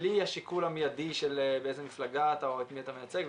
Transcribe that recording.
בלי השיקול המידי של באיזו מפלגה אתה או את מי אתה מייצג,